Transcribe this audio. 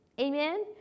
amen